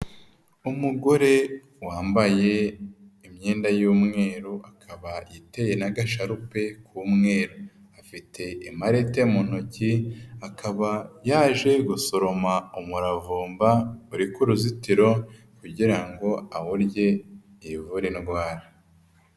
Umugore wambaye imyenda y'umweru akaba yiteye n'agasharupe k'umweru. Afite imarete mu ntoki, akaba yaje gusoroma umuravumba uri ku ruzitiro kugira ngo awurye yivure indwara.